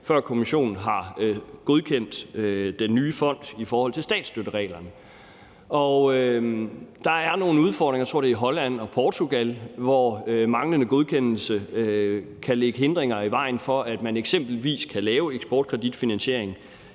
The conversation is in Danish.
til Kommissionen har godkendt den nye fond i forhold til statsstøttereglerne. Der er nogle udfordringer – jeg tror, det er i forhold til Holland og Portugal – hvor manglende godkendelse kan lægge hindringer i vejen for, at man eksempelvis kan lave eksportkreditfinansiering